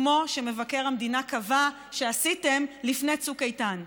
כמו שמבקר המדינה קבע שעשיתם לפני צוק איתן.